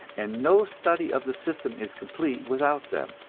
and no study of the system is complete without them.